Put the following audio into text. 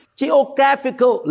geographical